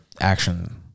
action